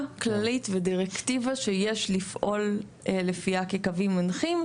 כללית ודירקטיבה שיש לפעול לפיה כקווים מנחים,